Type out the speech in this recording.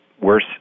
worse